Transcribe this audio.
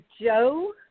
Joe